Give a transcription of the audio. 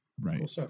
Right